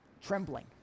trembling